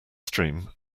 stream